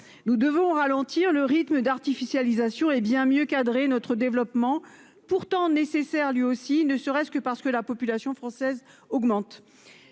Nous devons ralentir le rythme d'artificialisation hé bien mieux cadrer notre développement pourtant nécessaires lui aussi ne serait-ce que parce que la population française augmente.